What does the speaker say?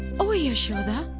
o yashoda!